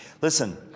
listen